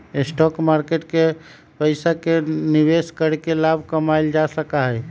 stock market में पैसे के निवेश करके लाभ कमावल जा सका हई